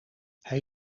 hij